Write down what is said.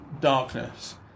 darkness